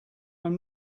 i’m